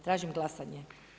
Tražim glasanje.